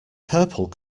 purple